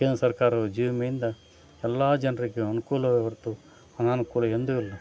ಕೇಂದ್ರ ಸರ್ಕಾರವು ಜೀವ ವಿಮೆಯಿಂದ ಎಲ್ಲ ಜನರಿಗೂ ಅನುಕೂಲ್ವೆ ಹೊರ್ತು ಅನಾನುಕೂಲ ಎಂದು ಇಲ್ಲ